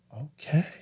Okay